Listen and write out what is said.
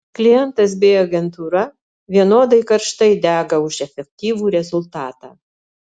klientas bei agentūra vienodai karštai dega už efektyvų rezultatą